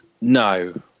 No